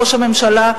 ראש הממשלה,